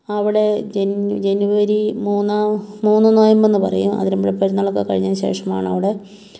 അവിടെ ജനു ജനുവരി മൂന്നാം മൂന്ന് നോയമ്പ് എന്ന് പറയും അതിരമ്പുഴപെരുനാളക്കെ കഴിഞ്ഞതിന് ശേഷമാണവിടെ